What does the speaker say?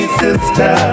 sister